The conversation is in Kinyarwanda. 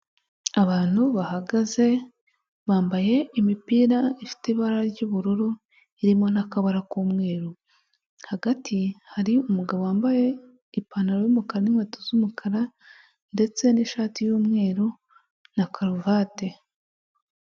Abantu bahagaze bambaye imipira ifite ibara ry'ubururu, irimo n'akabara k'umweru, hagati hari umugabo wambaye ipantaro y'umukara n'inkweto z'umukara ndetse n'ishati y'umweru na karuvate.